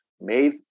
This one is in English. made